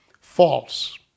false